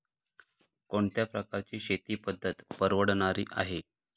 कोणत्या प्रकारची शेती पद्धत परवडणारी आहे?